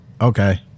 okay